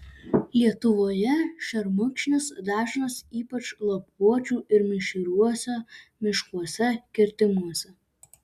lietuvoje šermukšnis dažnas ypač lapuočių ir mišriuose miškuose kirtimuose